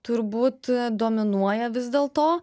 turbūt dominuoja vis dėlto